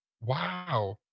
Wow